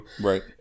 Right